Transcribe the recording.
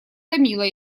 томила